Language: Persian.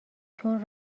چون